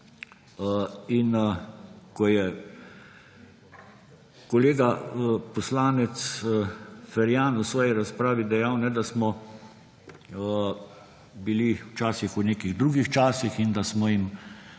Ko je kolega poslanec Ferjan v svoji razpravi dejal, da smo bili včasih v nekih drugih časih in da smo jim